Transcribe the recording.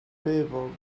favored